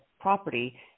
property